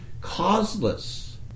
causeless